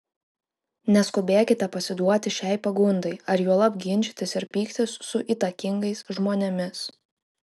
neskubėkite pasiduoti šiai pagundai ar juolab ginčytis ir pyktis su įtakingais žmonėmis